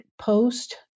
post